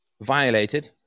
violated